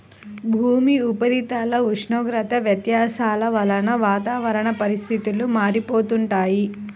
భూమి ఉపరితల ఉష్ణోగ్రత వ్యత్యాసాల వలన వాతావరణ పరిస్థితులు మారిపోతుంటాయి